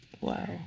Wow